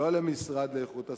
לא למשרד להגנת הסביבה,